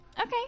Okay